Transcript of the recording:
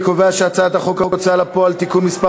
הצעת חוק ההוצאה לפועל (תיקון מס'